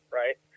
right